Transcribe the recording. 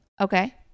okay